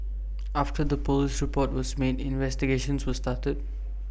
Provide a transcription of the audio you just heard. after the Police report was made investigations were started